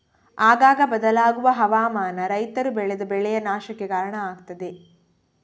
ಆಗಾಗ ಬದಲಾಗುವ ಹವಾಮಾನ ರೈತರು ಬೆಳೆದ ಬೆಳೆಯ ನಾಶಕ್ಕೆ ಕಾರಣ ಆಗ್ತದೆ